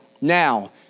now